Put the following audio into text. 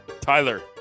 Tyler